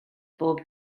bob